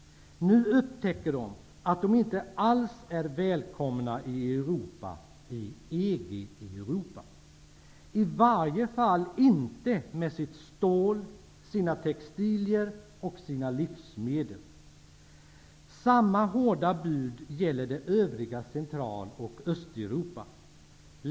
Nu upptäcker de att de inte alls är välkomna i Europa -- i EG-Europa--, i varje fall inte med sitt stål, sina textilier och sina livsmedel. Samma hårda bud gäller för det övriga Central och Östeuropa.